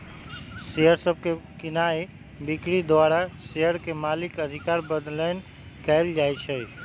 share सभके कीनाइ बिक्री द्वारा शेयर के मलिकना अधिकार बदलैंन कएल जाइ छइ